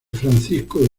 francisco